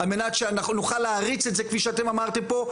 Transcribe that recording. על מנת שאנחנו נוכל להריץ את זה כפי שאתם אמרתם פה.